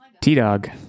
t-dog